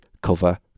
cover